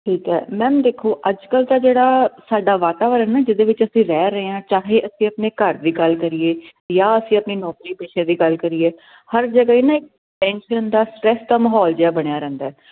ਠੀਕ ਹ ਮੈਮ ਦੇਖੋ ਅੱਜ ਕੱਲ ਦਾ ਜਿਹੜਾ ਸਾਡਾ ਵਾਤਾਵਰਨ ਜਿਹਦੇ ਵਿੱਚ ਅਸੀਂ ਰਹਿ ਰਹੇ ਆਂ ਚਾਹੇ ਅਸੀਂ ਆਪਣੇ ਘਰ ਦੀ ਗੱਲ ਕਰੀਏ ਜਾਂ ਅਸੀਂ ਆਪਣੀ ਨੌਕਰੀ ਪੇਸ਼ੇ ਦੀ ਗੱਲ ਕਰੀਏ ਹਰ ਜਗਹਾ ਈ ਨਾ ਇੱਕ ਟੈਂਸ਼ਨ ਦਾ ਸਟਰੈਸ ਦਾ ਮਾਹੌਲ ਜਿਹਾ ਬਣਿਆ ਰਹਿੰਦਾ